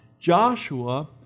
Joshua